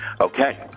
Okay